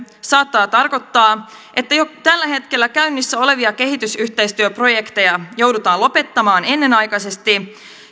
saattaa tarkoittaa että jo tällä hetkellä käynnissä olevia kehitysyhteistyöprojekteja joudutaan lopettamaan ennenaikaisesti